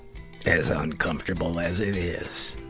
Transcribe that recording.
as uncomfortable as it is.